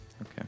okay